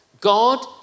God